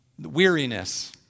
weariness